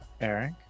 Eric